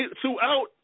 throughout